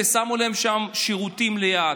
ושמו להם שם שירותים ליד.